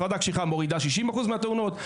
מפרדה קשיחה מורידה 60% מהתאונות,